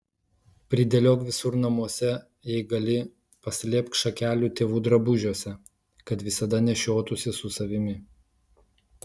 pridėliok visur namuose jei gali paslėpk šakelių tėvų drabužiuose kad visada nešiotųsi su savimi